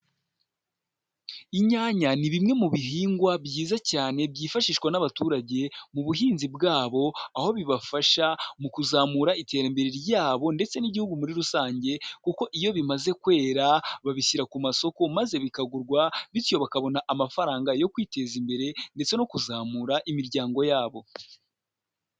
Inyanya ni bimwe mu bihingwa byiza cyane byifashishwa n'abaturage mu buhinzi bwabo, aho bibafasha mu kuzamura iterambere ryabo ndetse n'igihugu muri rusange kuko iyo bimaze kwera babishyira ku masoko maze bikagurwa, bityo bakabona amafaranga yo kwiteza imbere ndetse no kuzamura imiryango yabo.